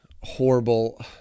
horrible